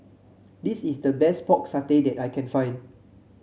this is the best Pork Satay that I can find